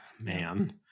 Man